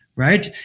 right